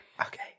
Okay